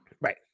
Right